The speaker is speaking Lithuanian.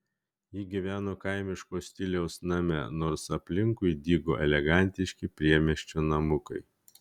ji gyveno kaimiško stiliaus name nors aplinkui dygo elegantiški priemiesčio namukai